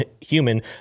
human